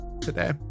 today